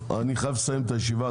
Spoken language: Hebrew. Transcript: אני חייב לסיים את הישיבה.